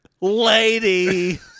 Lady